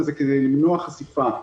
וזאת כדי למנוע חשיפה.